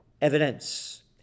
evidence